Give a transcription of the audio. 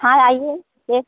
हाँ आइए फिर